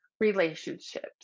relationships